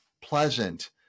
pleasant